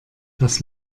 das